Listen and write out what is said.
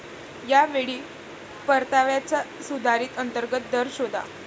या वेळी परताव्याचा सुधारित अंतर्गत दर शोधा